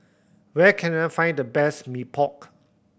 where can I find the best Mee Pok